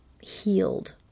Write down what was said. healed